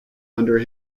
under